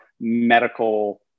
medical